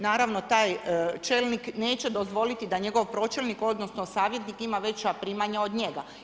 Naravno taj čelnik neće dozvoliti da njegov pročelnik, odnosno savjetnik ima veća primanja od njega.